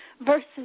versus